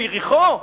ביריחו?